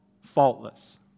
faultless